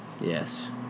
Yes